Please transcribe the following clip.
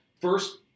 first